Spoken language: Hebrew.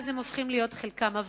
חלקם הופכים להיות עבריינים,